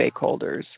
stakeholders